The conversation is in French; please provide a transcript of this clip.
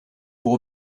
pour